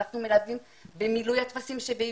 אנחנו מלווים במילוי הטפסים בעברית,